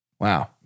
Wow